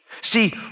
See